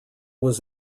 was